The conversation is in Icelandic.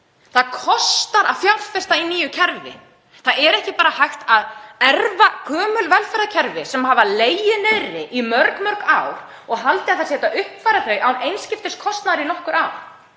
Það kostar að fjárfesta í nýju kerfi. Það er ekki bara hægt að erfa gömul velferðarkerfi sem hafa legið niðri í mörg ár og halda að hægt sé að uppfæra þau án einskiptiskostnaðar í nokkur ár.